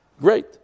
great